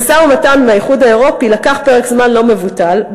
המשא-ומתן עם האיחוד האירופי לקח פרק זמן לא מבוטל,